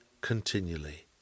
continually